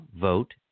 vote